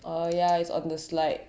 uh ya it's on the slide